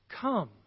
come